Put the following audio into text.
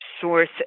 source